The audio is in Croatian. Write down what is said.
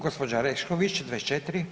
Gospođa Orešković 24.